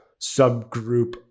subgroup